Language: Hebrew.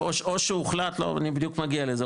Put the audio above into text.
אני בדיוק מגיע לזה,